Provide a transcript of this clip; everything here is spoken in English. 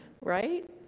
right